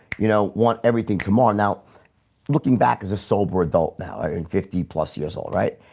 you know want everything. come on now looking back as a sober adult now in fifty plus years old, right,